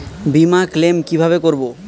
বিমা ক্লেম কিভাবে করব?